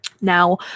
Now